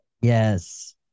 Yes